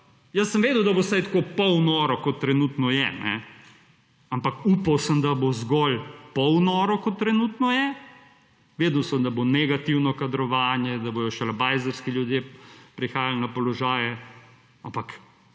jaz sem vedel, da bo vsaj tako pol noro, kot trenutno je, ampak upal sem, da bo zgolj pol noro, kot trenutno je, vedel sem da bo negativno kadrovanje, da bodo šalabajzerski ljudje prihajali na položaje, ampak